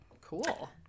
Cool